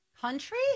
Country